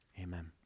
amen